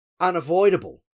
unavoidable